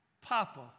papa